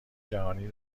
جهانی